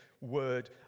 Word